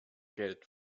geld